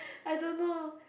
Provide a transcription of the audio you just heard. I don't know